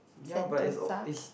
Sentosa